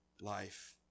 life